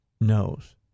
knows